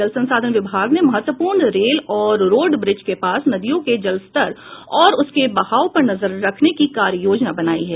जल संसाधन विभाग ने महत्वपूर्ण रेल और रोड ब्रिज के पास नदियों के जलस्तर और उसके बहाव पर नजर रखने की कार्ययोजना बनाई है